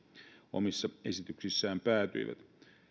omissa esityksissään päätyivät